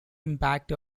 impact